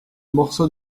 morceau